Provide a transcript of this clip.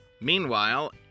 Meanwhile